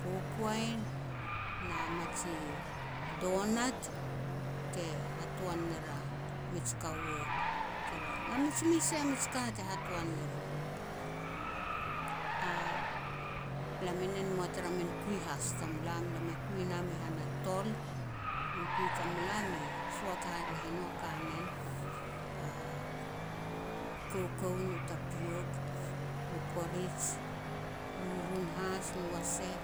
kokoain, na miji doughnut te hatoan ner a mij kaua, tara, na mij mes sai a mij ka te hatoan ne riru. Lam e nen mua tara min kui has tamulam, lam e kui nam i han a tol. Min kui tamulam e soat haraeh e no a kanen, koukou nu tapiok nu korij, rurun has nu maseh,